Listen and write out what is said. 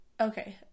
okay